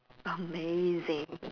amazing